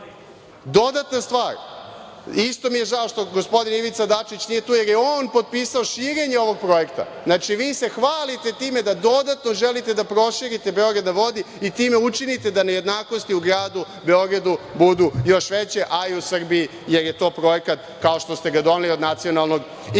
stvar, isto mi je žao što gospodin Ivica Dačić nije tu, jer je on potpisao širenje ovog projekta. Znači, vi se hvalite time da dodatno želite da proširite Beograd na vodi i time učinite da nejednakosti u gradu Beogradu budu još veće, a i u Srbiji, jer je to projekat kao što ste ga doneli, od nacionalnog